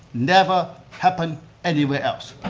never happened anywhere else,